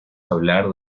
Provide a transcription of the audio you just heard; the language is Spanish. hablar